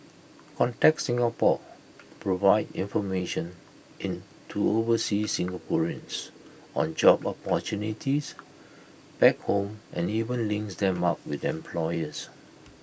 contact Singapore provides information in to overseas Singaporeans on job opportunities back home and even links them up with the employers